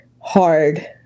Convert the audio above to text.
hard